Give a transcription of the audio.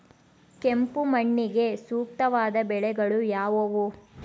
ಕೆಂಪು ಮಣ್ಣಿಗೆ ಸೂಕ್ತವಾದ ಬೆಳೆಗಳು ಯಾವುವು?